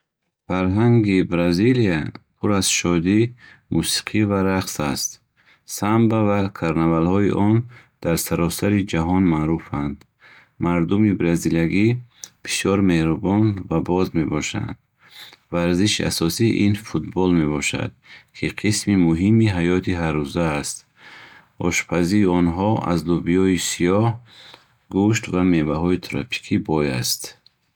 Фарҳанги Бразилия пур аз шодӣ, мусиқӣ ва рақс аст. Самба ва карнавалҳои он дар саросари ҷаҳон маъруфанд. Мардуми бразилиягӣ бисёр меҳрубон ва боз мебошанд. Варзиши асосӣ ин футбол мебошад, ки қисми муҳими ҳаёти ҳаррӯза аст. Ошпазии онҳо аз лубии сиёҳ, гӯшт ва меваҳои трапикӣ бой аст.